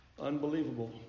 unbelievable